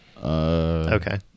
Okay